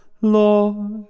Lord